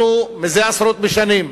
אנחנו, זה עשרות בשנים,